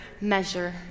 measure